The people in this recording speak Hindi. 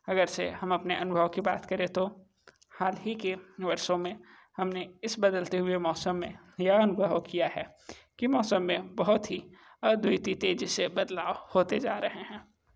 अगर जैसे हम अपने अनुभव की बात करे तो हालही के वर्षों में हमने इस बदलते हुए मौसम में यह अनुभव किया है कि मौसम में बहुत ही अद्वितीय तेजी से बदलाव होते जा रहे हैं